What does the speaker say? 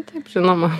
taip žinoma